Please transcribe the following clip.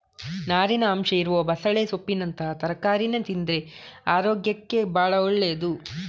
ನಾರಿನ ಅಂಶ ಇರುವ ಬಸಳೆ ಸೊಪ್ಪಿನಂತಹ ತರಕಾರೀನ ತಿಂದ್ರೆ ಅರೋಗ್ಯಕ್ಕೆ ಭಾಳ ಒಳ್ಳೇದು